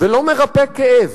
ולא מרפא כאב.